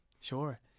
Sure